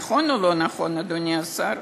נכון או לא נכון, אדוני השר?